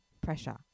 pressure